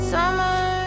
Summer